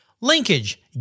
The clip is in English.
Linkage